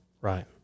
Right